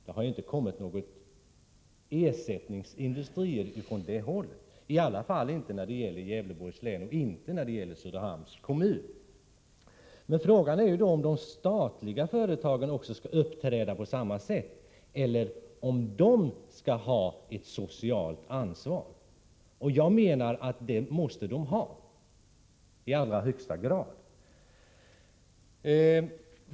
Det har inte kommit några ersättningsindustrier från det hållet, i alla fall inte i Gävleborgs län och inte i Söderhamns kommun. Frågan är om de statliga företagen skall uppträda på samma sätt eller om de ska ta ett socialt ansvar. Jag menar att de i allra högsta grad måste ta ett ansvar.